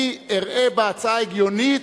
אני אראה בה הצעה הגיונית,